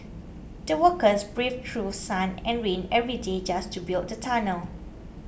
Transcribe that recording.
the workers braved through sun and rain every day just to build the tunnel